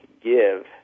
give